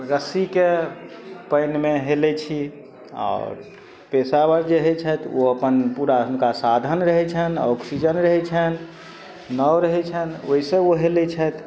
रस्सीके पानिमे हेलय छी आओर पेशेवर जे होइ छथि ओ अपन पूरा हुनका साधन रहय छनि ऑक्सीजन रहय छनि नाव रहय छनि ओइसँ ओ हेलय छथि